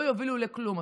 לא יובילו לכלום.